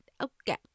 Okay